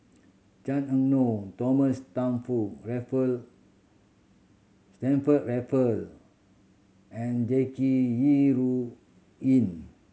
Chan Ah Kow Thomas Stamford Raffle Stamford Raffle and Jackie Yi Ru Ying